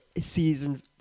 season